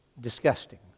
disgusting